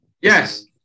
Yes